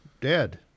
dead